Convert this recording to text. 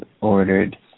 ordered